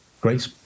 great